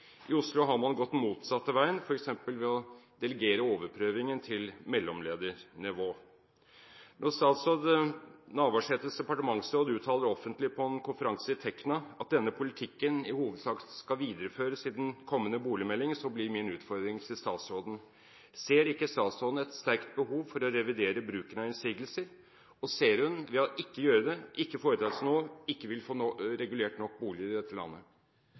I Oslo har man gått den motsatte veien, f.eks. ved å delegere overprøvingen til mellomledernivå. Når statsråd Navarsetes departementsråd uttaler offentlig på en konferanse i Tekna at denne politikken i hovedsak skal videreføres i den kommende boligmelding, blir min utfordring til statsråden: Ser ikke statsråden et sterkt behov for å revidere bruken av innsigelser? Og ser hun ikke at ved ikke å gjøre det og ikke foreta seg noe, vil man ikke få regulert nok boliger i dette landet?